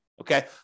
okay